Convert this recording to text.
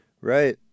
Right